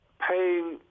paying